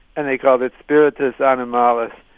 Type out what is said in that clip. and they called it spiritus animalis.